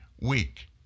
week